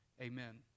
Amen